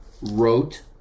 wrote